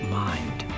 mind